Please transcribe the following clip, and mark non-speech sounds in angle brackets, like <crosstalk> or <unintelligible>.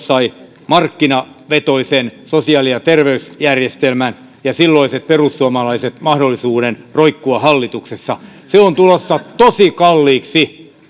<unintelligible> sai markkinavetoisen sosiaali ja terveysjärjestelmän ja silloiset perussuomalaiset mahdollisuuden roikkua hallituksessa on tulossa tosi kalliiksi <unintelligible>